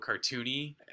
cartoony